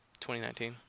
2019